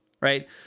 right